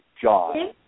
John